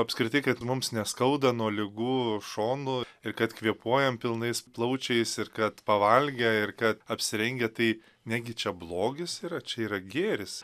apskritai kaip mums neskauda nuo ligų šonų ir kad kvėpuojam pilnais plaučiais ir kad pavalgę ir kad apsirengę tai negi čia blogis yra čia yra gėris